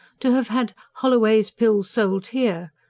to have had holloway's pills sold here!